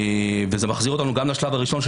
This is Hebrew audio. זה מחזיר אותנו גם לשלב הראשון של